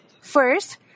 First